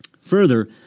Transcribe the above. Further